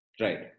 Right